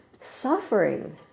suffering